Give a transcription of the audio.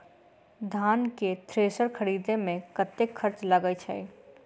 धान केँ थ्रेसर खरीदे मे कतेक खर्च लगय छैय?